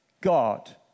God